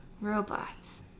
robots